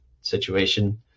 situation